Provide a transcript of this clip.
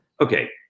okay